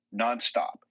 nonstop